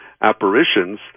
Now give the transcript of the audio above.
apparitions